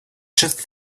just